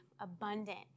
abundant